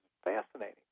Fascinating